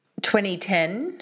2010